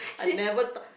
I never talk